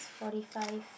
forty five